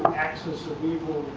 axis of evil,